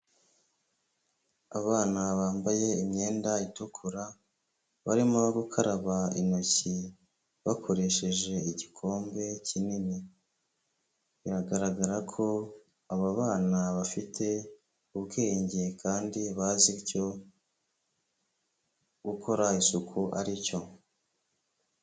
Abana bambaye imyenda itukura, barimo gukaraba intoki bakoresheje igikombe kinini, biragaragara ko aba bana bafite ubwenge kandi bazi icyo gukora isuku aricyo.